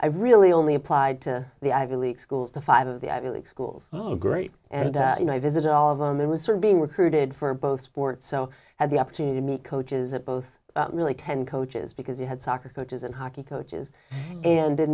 i really only applied to the ivy league schools to five of the ivy league schools oh great and you know i visited all of them and was sort of being recruited for both sports so had the opportunity to meet coaches at both really ten coaches because you had soccer coaches and hockey coaches and in